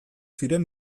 ziren